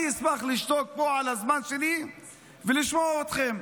אני אשמח לשתוק פה על חשבון הזמן שלי ולשמוע אתכם.